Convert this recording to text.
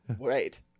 Right